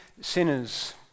sinners